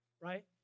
right